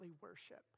worship